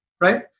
right